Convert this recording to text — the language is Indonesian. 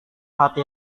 hati